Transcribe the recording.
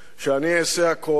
שאני אעשה הכול,